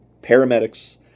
paramedics